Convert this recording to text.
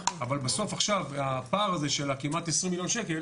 אבל בסוף הפער הזה של כמעט 20 מיליון שקל